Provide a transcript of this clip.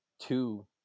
two